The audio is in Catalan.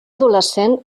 adolescent